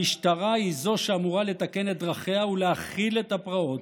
המשטרה היא שאמורה לתקן את דרכיה ולהכיל את הפרעות,